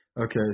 Okay